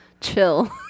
chill